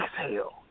exhale